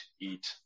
eat